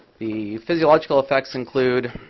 the physiological effects include